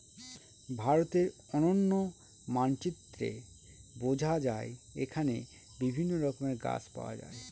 ভারতের অনন্য মানচিত্রে বোঝা যায় এখানে বিভিন্ন রকমের গাছ পাওয়া যায়